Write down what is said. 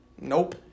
Nope